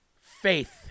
Faith